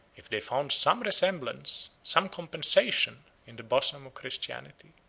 if they found some resemblance, some compensation, in the bosom of christianity.